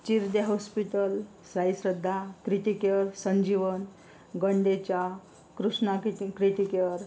चिरदे hospital Saishraddha criticare Sanjeevan गंडेच्या कृष्णा क्रिटि Criticare